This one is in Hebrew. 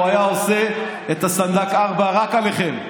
הוא היה עושה את הסנדק 4 רק עליכם.